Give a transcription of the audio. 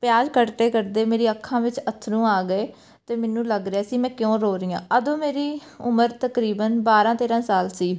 ਪਿਆਜ ਕੱਟਦੇ ਕੱਟਦੇ ਮੇਰੀ ਅੱਖਾਂ ਵਿੱਚ ਅੱਥਰੂ ਆ ਗਏ ਅਤੇ ਮੈਨੂੰ ਲੱਗ ਰਿਹਾ ਸੀ ਮੈਂ ਕਿਉਂ ਰੋ ਰਹੀ ਹਾਂ ਉਦੋਂ ਮੇਰੀ ਉਮਰ ਤਕਰੀਬਨ ਬਾਰਾਂ ਤੇਰਾਂ ਸਾਲ ਸੀ